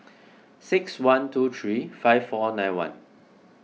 six one two three five four nine one